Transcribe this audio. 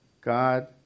God